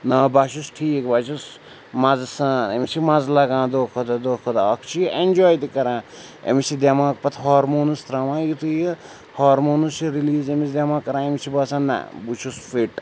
نا بہٕ ہا چھُس ٹھیٖک بہٕ ہا چھُس مَزٕ سان أمِس چھِ مَزٕ لَگان دۄہ کھۄ دۄہ دۄہ کھۄ دۄہ اَکھ چھُ یہِ اٮ۪نجاے تہِ کَران أمِس چھِ دٮ۪ماغ پَتہٕ ہارمونٕز ترٛاوان یُتھُے یہِ ہارمونٕز چھِ رِلیٖز أمِس دٮ۪ماغ کَران أمِس چھِ باسان نَہ بہٕ چھُس فِٹ